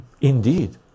indeed